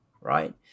Right